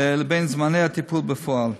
לבין זמני הטיפול בפועל.